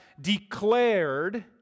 declared